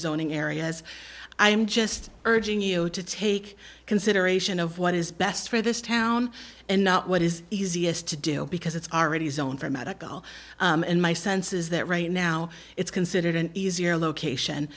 zoning areas i'm just urging you to take consideration of what is best for this town and not what is easiest to do because it's already zone for medical and my sense is that right now it's considered an easier location